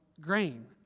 grain